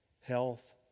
health